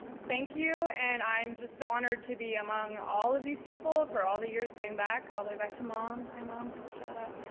thank you and i'm just so honored to be among all of these people for all the years going back, all the way back to mom. hi mom shoutout.